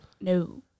No